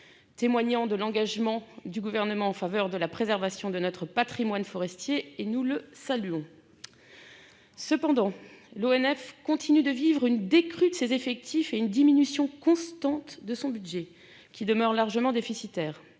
témoignant de l'engagement du gouvernement en faveur de la préservation de notre Patrimoine forestier et nous le saluons cependant l'ONF continuent de vivre une décrue de ses effectifs et une diminution constante de son budget, qui demeure largement déficitaire